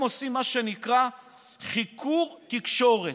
הם עושים מה שנקרא חיקור תקשורת.